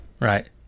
right